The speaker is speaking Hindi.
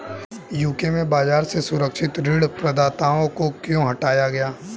यू.के में बाजार से सुरक्षित ऋण प्रदाताओं को क्यों हटाया गया?